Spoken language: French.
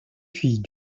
fille